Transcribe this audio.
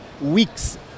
weeks